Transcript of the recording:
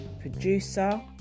producer